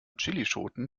chillischoten